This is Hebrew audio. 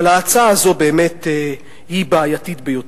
אבל ההצעה הזאת, באמת היא בעייתית ביותר.